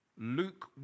Luke